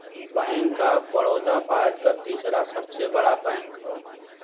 bank of Baroda Bharat के तीसरा सबसे बड़ा बैंक हौ